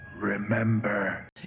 Remember